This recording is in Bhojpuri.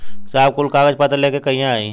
साहब कुल कागज पतर लेके कहिया आई?